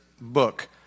book